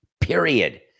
period